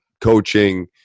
coaching